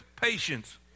patience